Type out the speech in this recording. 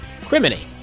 Criminy